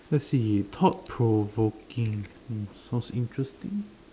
let's see thought provoking mm sounds interesting